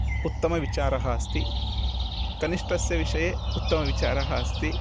उत्तमविचारः अस्ति कनिष्टस्य विषये उत्तमविचारः अस्ति